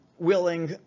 willing